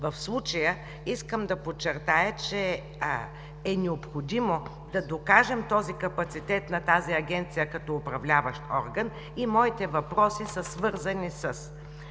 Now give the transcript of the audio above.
В случая искам да подчертая, че е необходимо да докажем този капацитет на тази Агенция като управляващ орган и моите въпроси са свързани с: